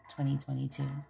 2022